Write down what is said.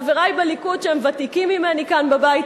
חברי בליכוד שהם ותיקים ממני כאן בבית